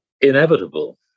inevitable